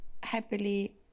happily